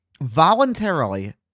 voluntarily